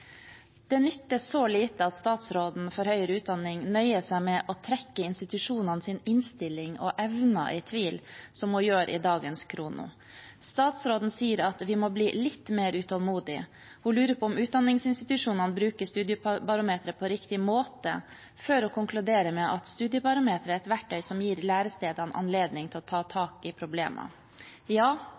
Det nytter så lite at statsråden for høyere utdanning nøyer seg med å trekke institusjonenes innstilling og evner i tvil, som hun gjør i dagens Khrono. Statsråden sier at vi må bli litt mer utålmodige. Hun lurer på om utdanningsinstitusjonene bruker Studiebarometeret på riktig måte, før hun konkluderer med at Studiebarometeret er et verktøy som gir lærestedene anledning til å ta tak i problemene. Ja,